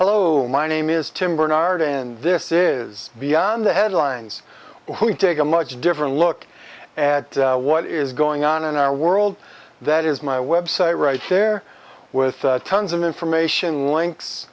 hello my name is tim bernard and this is beyond the headlines or who take a much different look at what is going on in our world that is my website right here with tons of information links